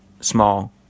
small